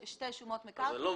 אני לא מבין.